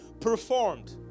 performed